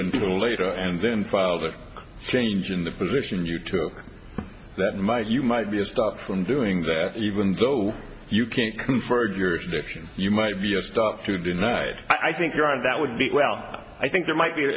until later and then filed a change in the position you took that might you might be a start from doing that even though you can't come for your shift you might be a stop to deny it i think you're right that would be well i think there might be an